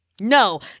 No